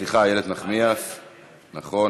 סליחה, איילת נחמיאס, נכון.